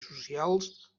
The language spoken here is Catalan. socials